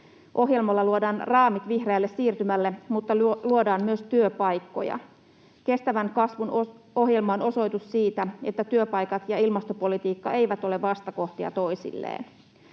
Ohjelmalla luodaan raamit vihreälle siirtymälle, mutta luodaan myös työpaikkoja. Kestävän kasvun ohjelma on osoitus siitä, että työpaikat ja ilmastopolitiikka eivät ole vastakohtia toisilleen.